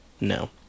No